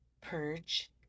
PURGE